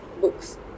books